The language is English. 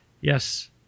yes